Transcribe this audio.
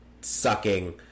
sucking